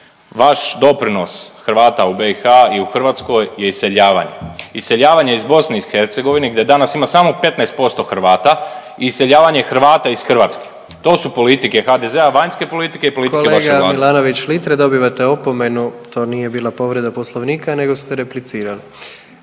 vaš doprinos Hrvata u BiH i Hrvatskoj je iseljavanje, iseljavanje iz BiH gdje danas ima samo 15% Hrvata i iseljavanje Hrvata iz Hrvatske, to su politike HDZ-a, vanjske politike i politike vaše vlade. **Jandroković, Gordan (HDZ)** Kolega Milanović Litre, dobivate opomenu, to nije bila povreda Poslovnika nego ste replicirali.